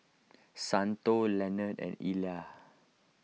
Santo Leonard and Elia